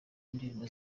indirimbo